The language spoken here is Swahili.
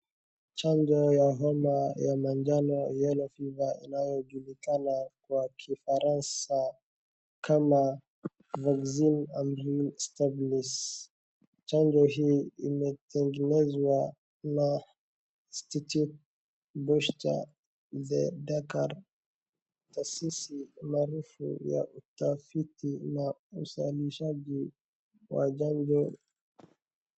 Chanjo ya homa ya manjano yellow fever inayojulikana kwa Kifaransa kama vaccin amarin stabilisé . Chanjo hii imetengenezwa na Institut Pasteur de Dakar , taasisi maarufu ya utafiti na uzalishaji wa chanjo.